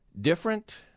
different